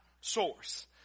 source